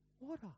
water